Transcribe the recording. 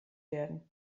werden